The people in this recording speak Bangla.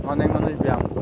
অনেক অনেক ব্যায়াম করে